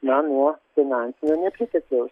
na nuo finansinio nepritekliaus